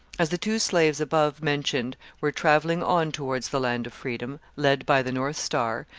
as the two slaves above mentioned were travelling on towards the land of freedom, led by the north star,